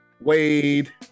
Wade